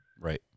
Right